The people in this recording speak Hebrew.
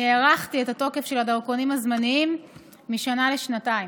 אני הארכתי את התוקף של הדרכונים הזמניים משנה לשנתיים.